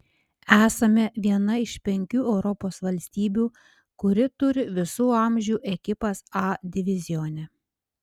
esame viena iš penkių europos valstybių kuri turi visų amžių ekipas a divizione